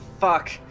fuck